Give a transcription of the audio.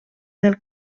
del